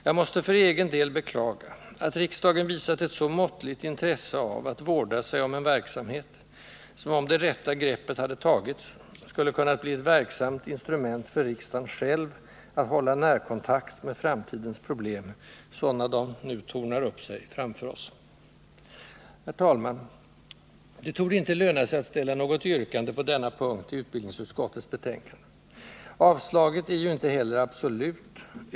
Jag måste för egen del beklaga att riksdagen visat ett så måttligt intresse av att vårda sig om en verksamhet, som — om det rätta greppet hade tagits — skulle kunnat bli ett verksamt instrument för riksdagen själv att hålla närkontakt med framtidens problem, sådana de nu tornar upp sig framför oss. Herr talman! Det torde inte löna sig att ställa något yrkande på denna punkt i utbildningsutskottets betänkande. Avstyrkandet är ju inte heller absolut.